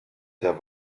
der